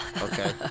okay